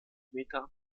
meter